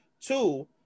Two